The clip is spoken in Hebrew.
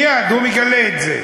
מייד הוא מגלה את זה,